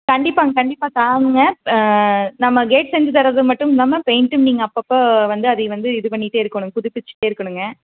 கண்டிப்பாங்க கண்டிப்பாக தாங்க நம்ம கேட் செஞ்சு தரது மட்டும் இல்லாமல் பெயிண்ட்டும் நீங்கள் அப்போ அப்போ வந்து அதை வந்து இது பண்ணிகிட்டே இருக்கணும் புதுப்பிச்சுட்டே இருக்கணுங்க